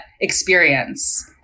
experience